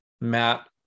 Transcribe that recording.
Matt